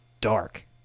dark